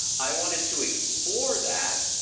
i wanted to explore that.